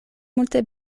multe